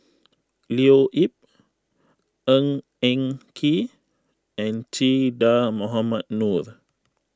Leo Yip Ng Eng Kee and Che Dah Mohamed Noor